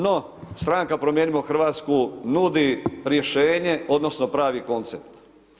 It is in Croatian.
No, stranka Promijenimo Hrvatsku nudi rješenje, odnosno pravi koncept.